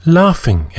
laughing